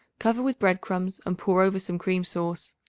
cover with bread-crumbs and pour over some cream sauce.